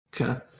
Okay